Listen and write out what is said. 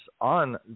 on